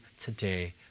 today